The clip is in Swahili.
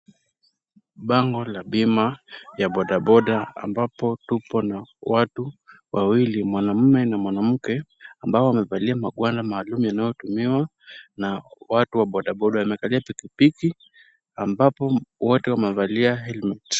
Bango la bima ya bodaboda ambapo tuko na watu wawili, mwanamume na mwanamke ambao wamevalia magwada maalum yanayotumiwa na watu wa bodaboda, wamekalia pikipiki ambapo wote wamevalia helmet .